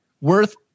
worth